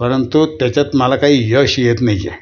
परंतु त्याच्यात मला काही यश येत नाही आहे